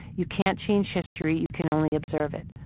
you can't change history, you can only observe it.